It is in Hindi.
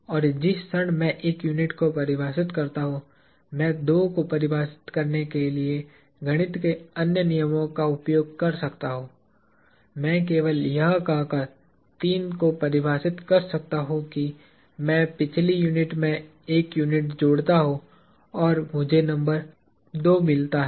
और जिस क्षण मैं 1 यूनिट को परिभाषित करता हूं मैं 2 को परिभाषित करने के लिए गणित के अन्य नियमों का उपयोग कर सकता हूं मैं केवल यह कहकर 3 को परिभाषित कर सकता हूं कि मैं पिछली यूनिट में एक यूनिट जोड़ता हूं और मुझे नंबर 2 मिलता है